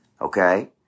Okay